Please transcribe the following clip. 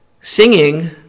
Singing